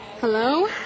Hello